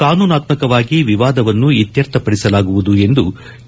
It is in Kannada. ಕಾನೂನಾತ್ಮಕವಾಗಿ ವಿವಾದವನ್ನು ಇತ್ಯರ್ಥಪಡಿಸಲಾಗುವುದು ಎಂದು ಕೆ